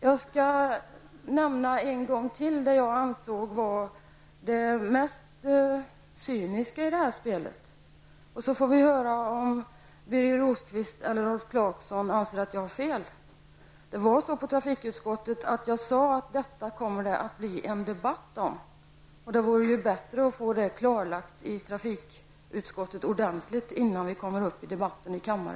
Låt mig ännu en gång nämna det jag ansåg vara det mest cyniska i detta spel. Då får vi höra om Birger Rosqvist eller Rolf Clarkson anser att jag har fel. I trafikutskottet sade jag att det kommer att bli debatt om dessa frågor och att det var bättre att få dem ordentligt klarlagda i trafikutskottet före kammardebatten.